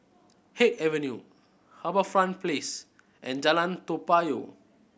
Haig Avenue HarbourFront Place and Jalan Toa Payoh